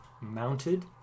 mounted